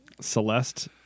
Celeste